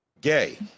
Gay